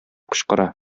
кычкыра